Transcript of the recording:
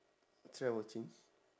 try watching